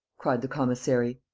cried the commissary.